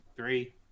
three